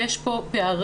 יש פה פערים.